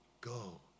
go